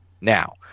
now